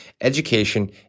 education